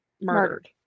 murdered